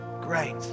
Great